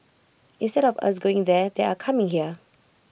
instead of us going there they are coming here